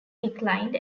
declined